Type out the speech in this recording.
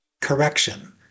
correction